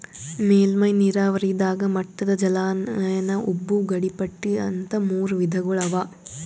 ಮೇಲ್ಮೈ ನೀರಾವರಿದಾಗ ಮಟ್ಟದ ಜಲಾನಯನ ಉಬ್ಬು ಗಡಿಪಟ್ಟಿ ಅಂತ್ ಮೂರ್ ವಿಧಗೊಳ್ ಅವಾ